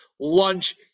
lunch